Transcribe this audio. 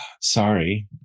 sorry